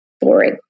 boring